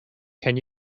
can